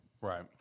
right